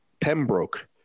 Pembroke